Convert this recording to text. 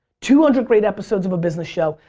two hundred great episodes of a business show,